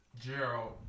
Gerald